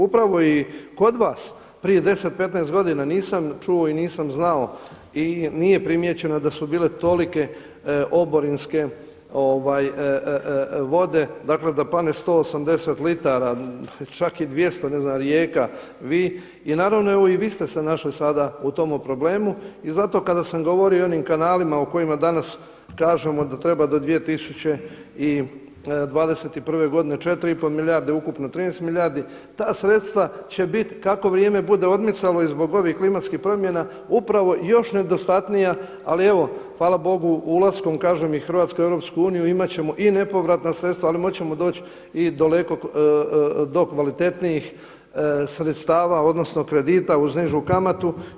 Upravo i kod vas prije 10, 15 godina nisam čuo i nisam znao i nije primijećeno da su bile tolike oborinske vode, dakle da padne 180 litara čak i 200, ne znam, Rijeka, vi, i naravno evo i vi ste se našli sada u tom problemu i zato kada sam govorio o onim kanalima o kojima danas kažemo da treba do 2021. godine 4,5 milijarde, ukupno 13 milijardi, ta sredstva će biti kako vrijeme bude odmicalo i zbog ovih klimatskih promjena, upravo još nedostatnija, ali evo hvala bogu ulaskom i Hrvatske u Europsku uniju imat ćemo i nepovratna sredstva, ali moći ćemo doći i do kvalitetnijih sredstava odnosno kredita uz nižu kamatu.